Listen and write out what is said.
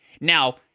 Now